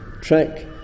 track